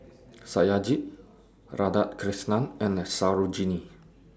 Satyajit Radhakrishnan and Sarojini